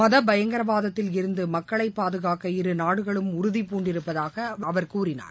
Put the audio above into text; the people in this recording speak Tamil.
மத பயங்கரவாதத்தில் இருந்து மக்களை பாதுகாக்க இரு நாடுகளும் உறுதி பூண்டிருப்பதாக அவர் கூறினார்